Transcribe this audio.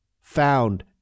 found